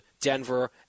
Denver